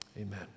amen